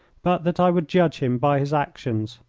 but that i would judge him by his actions.